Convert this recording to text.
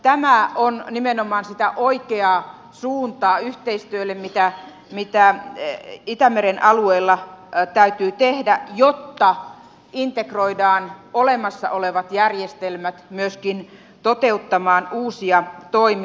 tämä on nimenomaan sitä oikeaa suuntaa yhteistyölle mitä itämeren alueella täytyy tehdä jotta integroidaan olemassa olevat järjestelmät myöskin toteuttamaan uusia toimia